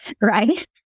right